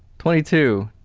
twenty two,